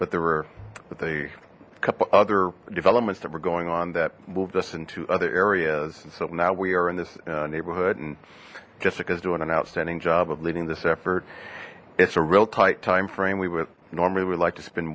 but there were with a couple other developments that were going on that moved us into other areas so now we are in this neighborhood and jessica's doing an outstanding job of leading this effort it's a real tight timeframe we would normally would like to spend